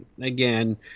again –